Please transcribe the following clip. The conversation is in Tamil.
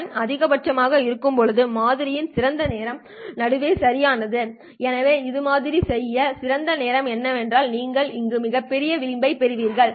கண் அதிகபட்சமாக இருக்கும்போது மாதிரியின் சிறந்த நேரம் நடுவே சரியானது எனவே இது மாதிரி செய்ய சிறந்த நேரம் ஏனென்றால் நீங்கள் இங்கு மிகப்பெரிய விளிம்பைப் பெறுகிறீர்கள்